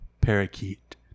parakeet